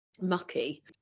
mucky